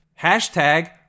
Hashtag